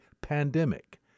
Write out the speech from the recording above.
pandemic